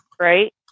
right